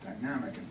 dynamic